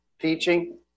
teaching